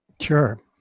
Sure